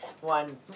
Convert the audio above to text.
one